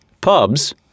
pubs